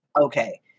okay